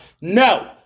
No